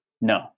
no